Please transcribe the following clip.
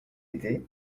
été